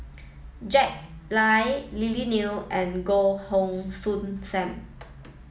Jack Lai Lily Neo and Goh Heng Soon Sam